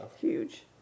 huge